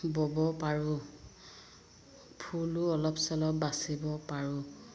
বব পাৰোঁ ফুলো অলপ চলপ বাচিব পাৰোঁ